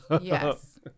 Yes